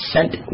sent